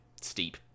steep